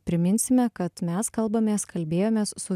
priminsime kad mes kalbamės kalbėjomės su